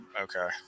Okay